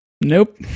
Nope